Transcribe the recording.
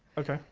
ok,